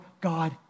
God